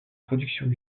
productions